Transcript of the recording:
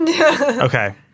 Okay